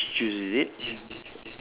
the peach juice is it